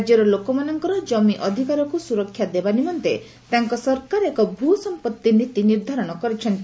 ରାଜ୍ୟର ଲୋକମାନଙ୍କର କମି ଅଧିକାରକୁ ସୁରକ୍ଷା ଦେବା ନିମନ୍ତେ ତାଙ୍କ ସରକାର ଏକ ଭୂ ସମ୍ପତ୍ତି ନୀତି ନିର୍ଦ୍ଧାରଣ କରିଛନ୍ତି